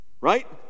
Right